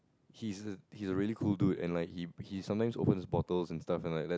he's he's a really cool dude and like he he sometimes open his bottles and stuff and like let